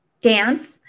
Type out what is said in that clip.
dance